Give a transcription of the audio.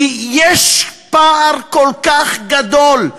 כי יש פער כל כך גדול.